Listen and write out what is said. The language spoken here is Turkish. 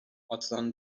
atılan